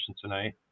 tonight